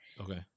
Okay